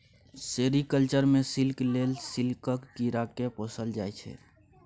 sericulture मे silk लेल सिल्कक कीरा केँ पोसल जाइ छै